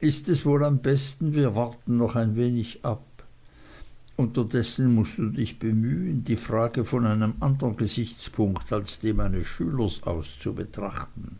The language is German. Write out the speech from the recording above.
ist es wohl am besten wir warten noch ein wenig ab unterdessen mußt du dich bemühen die frage von einem andern gesichtspunkt als dem eines schülers aus zu betrachten